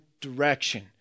direction